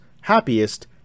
happiest